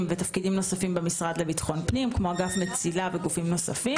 ותפקידים נוספים במשרד לביטחון פנים כמו אגף מציל"ה וגופים נוספים.